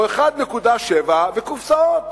או 1.7%, וקופסאות.